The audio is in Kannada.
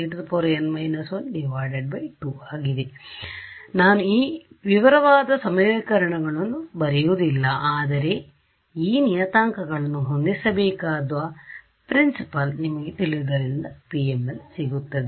ಆದ್ದರಿಂದ ನಾನು ಆ ವಿವರವಾದ ಸಮೀಕರಣಗಳನ್ನು ಬರೆಯುವುದಿಲ್ಲ ಆದರೆ ಈಗ ನಾನು ಈ ನಿಯತಾಂಕಗಳನ್ನು ಹೊಂದಿಸಬೇಕಾದ ತತ್ವ ನಿಮಗೆ ತಿಳಿದಿರುವುದರಿಂದ PML ಸಿಗುತ್ತದೆ